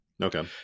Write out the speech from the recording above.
Okay